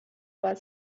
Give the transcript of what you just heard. باید